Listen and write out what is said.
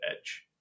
edge